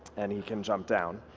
and he can jump down.